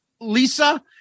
Lisa